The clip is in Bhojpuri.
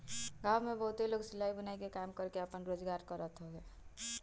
गांव में बहुते लोग सिलाई, बुनाई के काम करके आपन रोजगार करत हवे